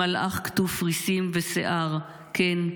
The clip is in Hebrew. מלאך קטוף ריסים ושיער / כן,